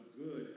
good